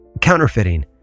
Counterfeiting